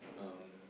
um